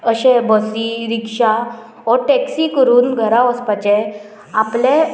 अशें बसी रिक्शा वो टॅक्सी करून घरा वचपाचें आपलें